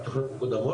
התוכניות מקודמות.